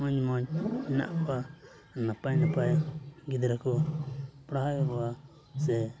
ᱢᱚᱡᱽᱼᱢᱚᱡᱽ ᱢᱮᱱᱟᱜ ᱠᱚᱣᱟ ᱱᱟᱯᱟᱭᱼᱱᱟᱯᱟᱭ ᱜᱤᱫᱽᱨᱟᱹ ᱠᱚ ᱯᱟᱲᱦᱟᱣᱮᱫ ᱠᱚᱣᱟ ᱥᱮ